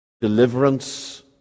deliverance